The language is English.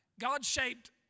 God-shaped